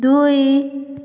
ଦୁଇ